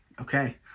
okay